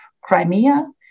Crimea